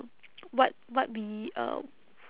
what what we um